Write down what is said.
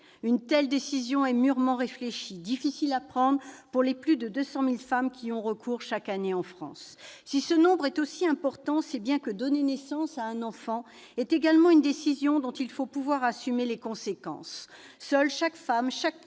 Une telle décision est mûrement réfléchie, difficile à prendre pour les plus de 200 000 femmes qui ont recours chaque année en France à l'IVG. Si ce nombre est aussi important, c'est bien que donner naissance à un enfant est également une décision dont il faut pouvoir assumer les conséquences. Seule chaque femme, seul chaque